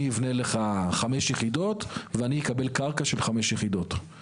אני אבנה לך חמש יחידות ואני אקבל קרקע של חמש יחידות.